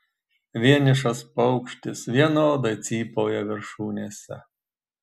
vienišas paukštis vienodai cypauja viršūnėse